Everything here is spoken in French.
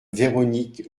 véronique